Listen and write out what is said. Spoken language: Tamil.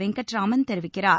வெங்கட்ராமன் தெரிவிக்கிறார்